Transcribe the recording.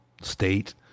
state